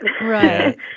Right